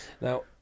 Now